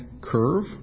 curve